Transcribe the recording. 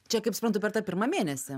čia kaip suprantu per tą pirmą mėnesį